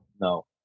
No